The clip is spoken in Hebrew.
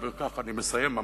ובכך אני מסיים ממש,